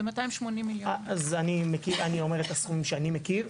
זה 280,000,000. אני אומר את הסכום שאני מכיר.